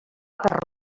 per